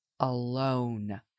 alone